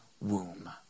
womb